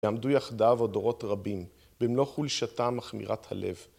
יעמדו יחדיו עוד דורות רבים במלוא חולשתם מכמירת הלב